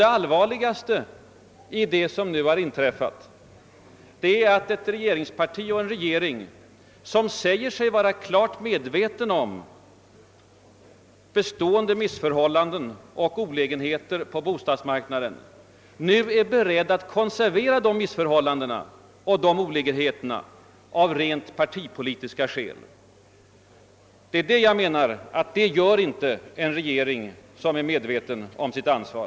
Det allvarligaste i det som nu inträffat är att ett regeringsparti och en regering, som erkänner sig vara klart medvetna om bestående missförhållanden och olägenheter på bostadsmarknaden, nu är beredd att av rent partipolitiska skäl konservera dessa missförhållanden och olägenheter. Så gör inte en regering som är medveten om sitt ansvar.